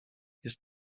jest